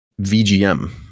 VGM